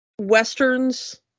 westerns